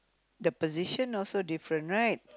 the position also different right